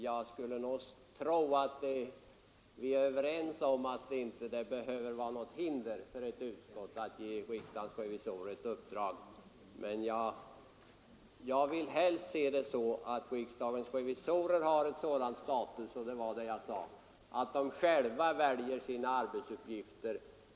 Jag skulle tro att vi är överens om att det inte torde föreligga något hinder för ett utskott att ge ett uppdrag åt riksdagens revisorer, men jag vill helst se det så att riksdagens revisorer har en sådan status — och det var det jag menade — att de själva väljer sina arbetsuppgifter.